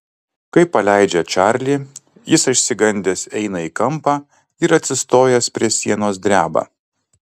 kai paleidžia čarlį jis išsigandęs eina į kampą ir atsistojęs prie sienos dreba